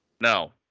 No